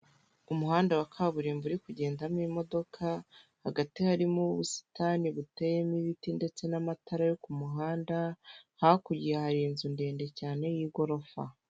Umuhanda wa kaburimbo uri kugendamo imodoka, hagati harimo ubusitani buteyemo ibiti ndetse n'amatara yo k'umuhanda, hakurya hari inzu ndende cyane y'igorofa.